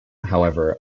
however